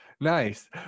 Nice